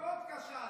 מה עם הוודקה?